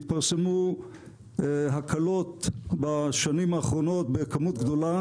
התפרסמו הקלות בשנים האחרונות בכמות גדולה.